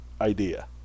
idea